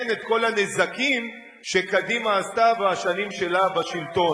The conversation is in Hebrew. את כל הנזקים שקדימה עשתה בשנים שלה בשלטון,